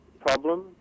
problem